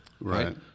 Right